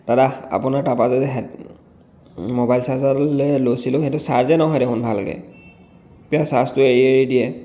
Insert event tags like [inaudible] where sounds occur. দাদা আপোনাৰ তাৰ পৰা যদি হেড ম'বাইল চাৰ্জাৰ এডাল যে লৈছিলোঁ সেইটো চাৰ্জেই নহয় দেখোন ভালকৈ [unintelligible] চাৰ্জটো এৰি এৰি দিয়ে